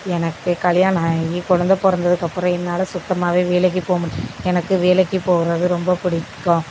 எனக்கு கல்யாணம் ஆகி குழந்த பிறந்துக்கப்புறம் என்னால் சுத்தமாகவே வேலைக்கு போக மு எனக்கு வேலைக்கு போகிறது ரொம்ப பிடிக்கும்